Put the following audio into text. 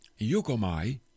Yukomai